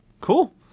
Cool